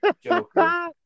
Joker